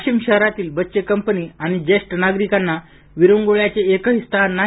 वाशिम शहरातील बच्चेकंपनी आणि जेष्ठ नागरिकांना विरंगुळ्याचे एक ही स्थान नाही